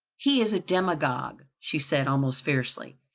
he is a demagogue, she said, almost fiercely,